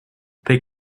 they